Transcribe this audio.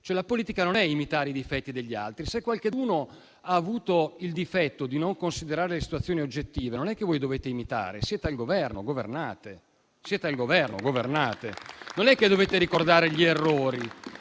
la politica non è imitare i difetti degli altri. Se qualcuno ha avuto il difetto di non considerare le situazioni oggettive, non è che dovete imitarlo: siete al Governo, e governate. Non è che dovete ricordare gli errori.